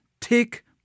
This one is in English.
take